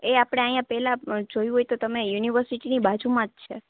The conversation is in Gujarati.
એ આપણે અહીંયા પહેલા જોયું હોઈ તો તમે યુનિર્સિટીની બાજુમાં જ છે